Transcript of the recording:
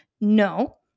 no